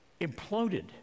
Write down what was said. imploded